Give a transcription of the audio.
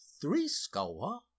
threescore